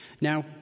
Now